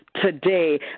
today